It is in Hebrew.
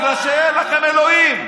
בגלל שאין לכם אלוהים.